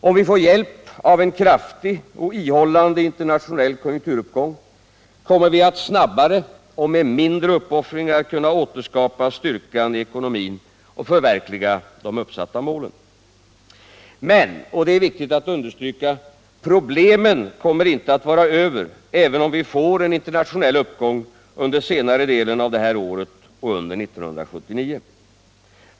Om vi får hjälp av en kraftig och ihållande internationell konjunkturuppgång kommer vi att snabbare och med mindre uppoffringar kunna återskapa styrkan i ekonomin och förverkliga de uppsatta målen. Men, och det är viktigt att understryka, problemen kommer inte att vara över även om vi får en internationell uppgång under senare delen av detta år och under 1979.